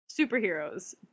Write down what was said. superheroes